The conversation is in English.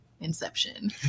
inception